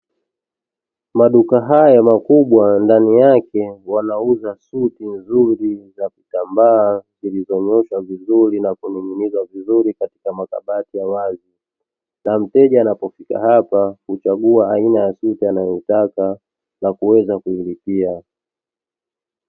Maduka haya makubwa ndani yake wanauza suti nzuri za vitambaa zilizonyooshwa vizuri na kuning'inizwa vizuri katika makabati ya wazi na mteja anapofika hapa huchagua aina ya suti anayoitaka na kuweza kuilipia.